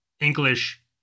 English